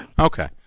Okay